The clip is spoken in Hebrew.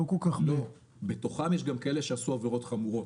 לא, בתוכן יש גם כאלה שעשו עבירות חמורות,